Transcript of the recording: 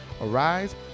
Arise